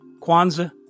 Kwanzaa